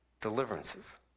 deliverances